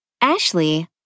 Ashley